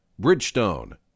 Bridgestone